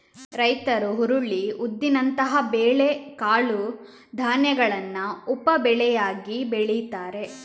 ರೈತರು ಹುರುಳಿ, ಉದ್ದಿನಂತಹ ಬೇಳೆ ಕಾಳು ಧಾನ್ಯಗಳನ್ನ ಉಪ ಬೆಳೆಯಾಗಿ ಬೆಳೀತಾರೆ